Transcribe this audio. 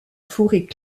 forêt